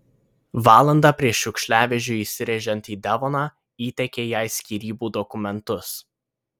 valandą prieš šiukšliavežiui įsirėžiant į devoną įteikė jai skyrybų dokumentus